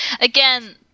again